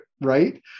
right